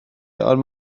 ond